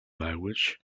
language